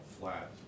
flat